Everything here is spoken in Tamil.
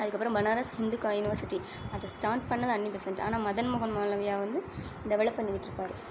அதுக்கப்புறம் பனாரஸ் ஹிந்து கான் யூனிவர்சிட்டி அதை ஸ்டார்ட் பண்ணது அன்னி பெசன்ட் ஆனால் மதன் மோஹன் மாளவியா வந்து டெவெலப் பண்ணி வச்சிருப்பாரு